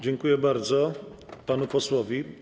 Dziękuję bardzo panu posłowi.